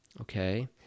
okay